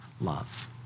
love